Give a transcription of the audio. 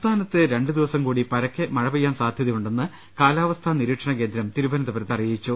സംസ്ഥാനത്ത് രണ്ടു ദിവസം കൂടി പർക്കെ മുഴ പെയ്യാൻ സാധ്യതയു ണ്ടെന്ന് കാലാവസ്ഥാ നിരീക്ഷണകേന്ദ്രം തിരുവനന്തപുരത്ത് അറിയിച്ചു